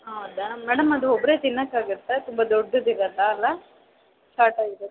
ಹೌದಾ ಮೇಡಮ್ ಅದು ಒಬ್ಬರೇ ತಿನ್ನೋಕ್ಕಾಗತ್ತಾ ತುಂಬ ದೊಡ್ದದು ಇರೋಲ್ಲ ಅಲ್ವಾ ಸ್ಟಾರ್ಟ್ ಆಗಿದೆ